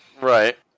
right